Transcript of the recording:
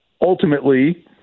Ultimately